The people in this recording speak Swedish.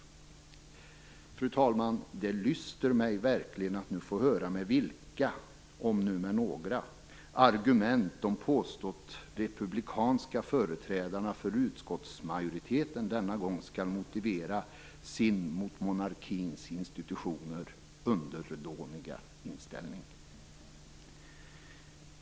Fru talman! Det lyster mig verkligen att nu få höra med vilka, om med några, argument de påstått republikanska företrädarna för utskottsmajoriteten denna gång skall motivera sin mot monarkins institutioner underdåniga inställning.